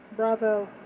Bravo